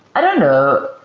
i don't know.